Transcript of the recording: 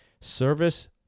service